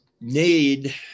need